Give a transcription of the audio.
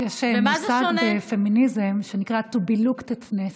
יש מושג בפמיניזם שנקרא to be looked-at-ness,